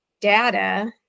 data